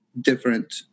different